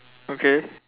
okay